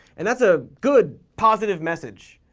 and that's a good, positive message,